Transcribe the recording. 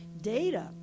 data